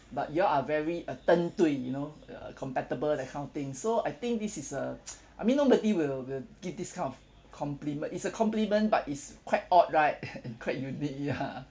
but you all are very uh den dui you know uh compatible that kind of thing so I think this is a I mean nobody will will give this kind of complime~ it's a compliment but it's quite odd right quite unique ya